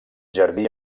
jardí